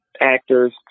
actors